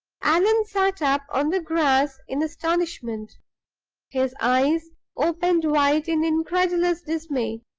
allan sat up on the grass in astonishment his eyes opened wide in incredulous dismay.